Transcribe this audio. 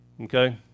okay